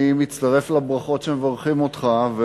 מצטרף לברכות שמברכים אותך,